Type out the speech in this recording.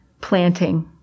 planting